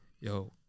yo